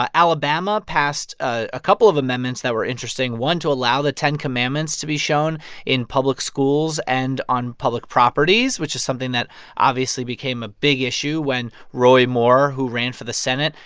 ah alabama passed a couple of amendments that were interesting, one to allow the ten commandments to be shown in public schools and on public properties, which is something that obviously became a big issue when roy moore, who ran for the senate,